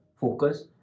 focus